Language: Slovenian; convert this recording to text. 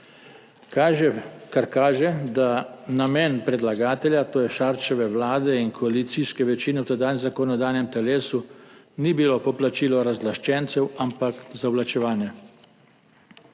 kar kaže, da namen predlagatelja, to je Šarčeve vlade in koalicijske večine, v tedanjem zakonodajnem telesu ni bil poplačilo razlaščencev, ampak zavlačevanje.